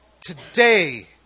Today